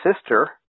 sister